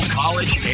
college